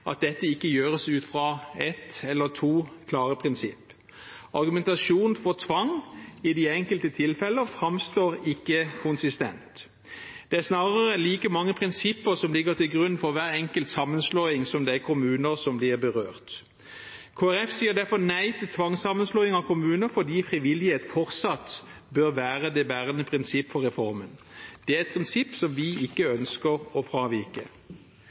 at dette ikke gjøres ut fra ett eller to klare prinsipper. Argumentasjonen for tvang i de enkelte tilfeller framstår ikke konsistent. Det er snarere like mange prinsipper som ligger til grunn for hver enkelt sammenslåing, som det er kommuner som blir berørt. Kristelig Folkeparti sier derfor nei til tvangssammenslåing av kommuner, fordi frivillighet fortsatt bør være det bærende prinsipp for reformen. Det er et prinsipp som vi ikke ønsker å fravike.